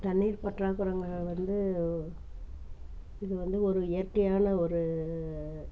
தண்ணீர் பற்றாக்குறைங்கிற வந்து இது வந்து ஒரு இயற்கையான ஒரு